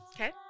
okay